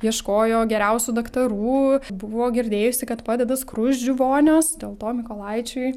ieškojo geriausių daktarų buvo girdėjusi kad padeda skruzdžių vonios dėl to mykolaičiui